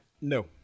No